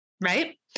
right